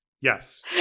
Yes